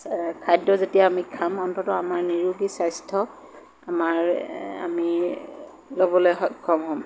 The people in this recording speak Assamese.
খাদ্য যেতিয়া আমি খাম অন্ততঃ আমাৰ নিৰোগী স্বাস্থ্য আমাৰ আমি ল'বলৈ সক্ষম হ'ম